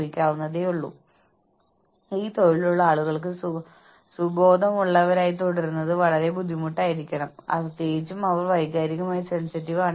രണ്ടാമത്തെ അനുമാനം സ്ഥാപനങ്ങളുടെ മൊത്തത്തിലുള്ള പ്രകടനം സ്ഥാപനത്തിലെ വ്യക്തികളുടെയും ഗ്രൂപ്പുകളുടെയും പ്രകടനത്തെ വലിയ തോതിൽ ആശ്രയിച്ചിരിക്കുന്നു